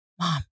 mom